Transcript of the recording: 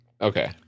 Okay